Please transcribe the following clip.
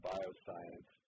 Bioscience